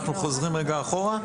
אנחנו חוזרים רגע אחורה.